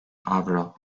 avro